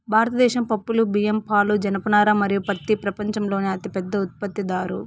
భారతదేశం పప్పులు, బియ్యం, పాలు, జనపనార మరియు పత్తి ప్రపంచంలోనే అతిపెద్ద ఉత్పత్తిదారు